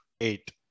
Eight